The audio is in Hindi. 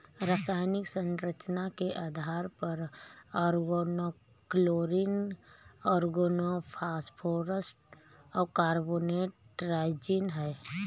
रासायनिक संरचना के आधार पर ऑर्गेनोक्लोरीन ऑर्गेनोफॉस्फेट कार्बोनेट ट्राइजीन है